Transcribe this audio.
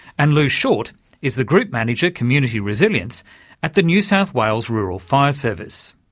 and lew short is the group manager, community resilience at the new south wales rural fire service.